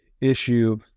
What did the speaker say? issue